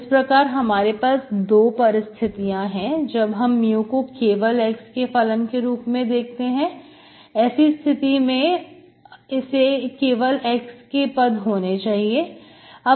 इस प्रकार हमारे पास दो परिस्थितियां हैं जब हम mu को केवल x के फलन के रूप में देखते हैं ऐसी स्थिति में इसे केवल x के पद होने चाहिए